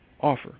offer